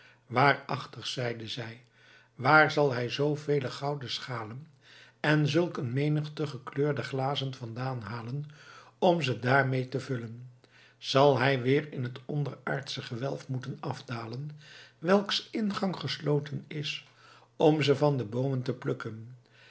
waarachtig zeide zij waar zal hij zoo vele gouden schalen en zulk een menigte gekleurde glazen vandaan halen om ze daarmee te vullen zal hij weer in het onderaardsche gewelf moeten afdalen welks ingang gesloten is om ze van de boomen te plukken